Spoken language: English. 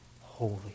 holy